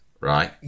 right